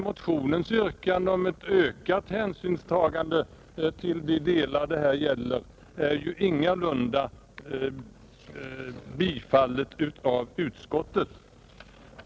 Motionens yrkande om ett ökat hänsynstagande till de delar det här gäller har däremot ingalunda tillstyrkts av utskottet.